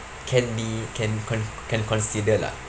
can be can con~ can consider lah